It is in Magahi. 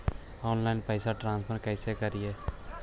ऑनलाइन पैसा ट्रांसफर कैसे करे?